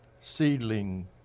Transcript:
seedling